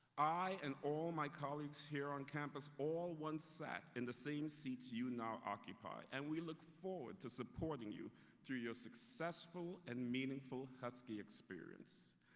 i, and all my colleagues on campus, all once sat in the same seats you now occupy and we look forward to supporting you through your successful and meaningful husky experience.